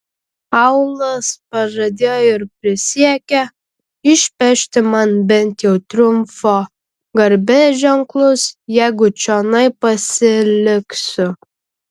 aulas pažadėjo ir prisiekė išpešti man bent jau triumfo garbės ženklus jeigu čionai pasiliksiu